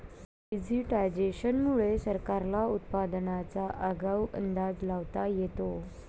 digitisation मुळे सरकारला उत्पादनाचा आगाऊ अंदाज लावता येतो